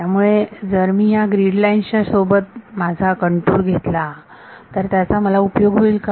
त्यामुळे जर मी ह्या ग्रिडलाइन्स च्या सोबत जर माझा कंटूर घेतला तर त्याचा मला उपयोग होईल का